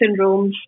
syndromes